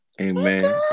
Amen